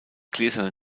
gläserne